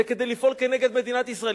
זה כדי לפעול כנגד מדינת ישראל.